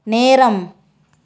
நேரம்